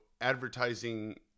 advertising